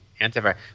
antivirus